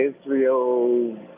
Israel